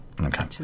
Okay